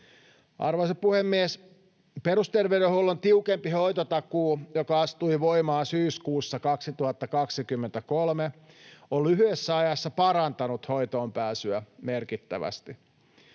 Arvoisa puhemies! Perusterveydenhuollon tiukempi hoitotakuu, joka astui voimaan syyskuussa 2023, on lyhyessä ajassa parantanut hoitoonpääsyä merkittävästi.